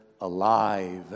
alive